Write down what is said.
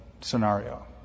scenario